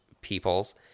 peoples